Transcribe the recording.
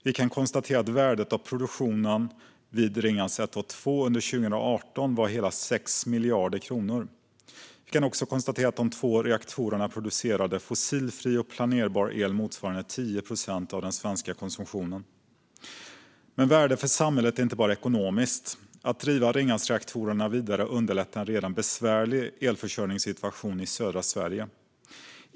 Vi kan konstatera att värdet av produktionen vid Ringhals 1 och 2 under 2018 var hela 6 miljarder kronor. Vi kan också konstatera att de två reaktorerna producerade fossilfri och planerbar el motsvarande 10 procent av den svenska konsumtionen. Men värdet för samhället är inte bara ekonomiskt. Att driva Ringhalsreaktorerna vidare underlättar en redan besvärlig elförsörjningssituation i södra Sverige.